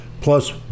Plus